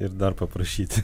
ir dar paprašyti